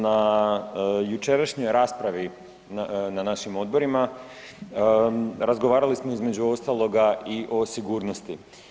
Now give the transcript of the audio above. Na jučerašnjoj raspravi na našim odborima razgovarali smo između ostaloga i o sigurnosti.